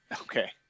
Okay